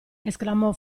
esclamò